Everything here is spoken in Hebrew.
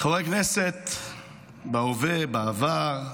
חברי הכנסת בהווה, בעבר,